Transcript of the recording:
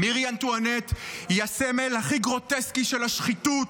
מירי אנטואנט היא הסמל הכי גרוטסקי של השחיתות,